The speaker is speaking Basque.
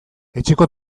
etxeko